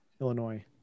illinois